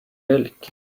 milk